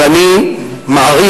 ואני מעריך,